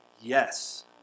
Yes